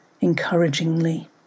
encouragingly